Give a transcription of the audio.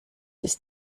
ist